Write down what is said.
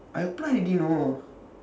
I apply already you know